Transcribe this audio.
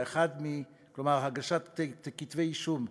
כלומר להגשת כתבי אישום,